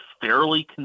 fairly